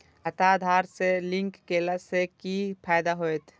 खाता आधार से लिंक केला से कि फायदा होयत?